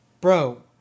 bro